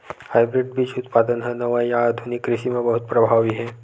hybrid बीज उत्पादन हा नवा या आधुनिक कृषि मा बहुत प्रभावी हे